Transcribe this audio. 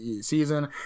season